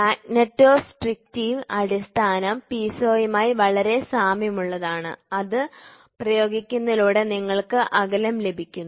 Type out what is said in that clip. magnetostrictive അടിസ്ഥാനം പീസോയുമായി വളരെ സാമ്യമുള്ളതാണ് അത് പ്രയോഗിക്കുന്നതിലൂടെ നിങ്ങൾക്ക് അകലം ലഭിക്കുന്നു